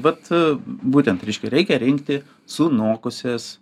vat būtent reiškia reikia rinkti sunokusias